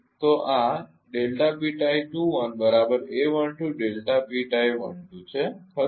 તો આ છે ખરુ ને